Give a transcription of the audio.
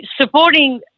supporting